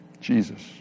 Jesus